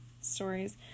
stories